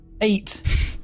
Eight